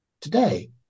Today